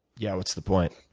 yeah, what's the point?